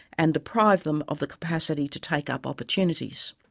and deprive them of the capacity to take up opportunities,